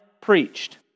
preached